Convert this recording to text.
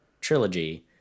trilogy